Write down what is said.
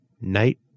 Night